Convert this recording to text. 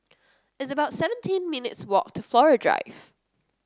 it's about seventeen minutes' walk to Flora Drive